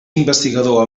investigador